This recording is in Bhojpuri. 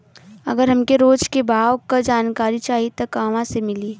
अगर हमके रोज के भाव के जानकारी चाही त कहवा से मिली?